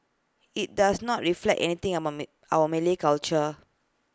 IT does not reflect anything among my our Malay culture